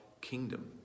kingdom